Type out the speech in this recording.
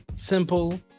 simple